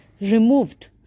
removed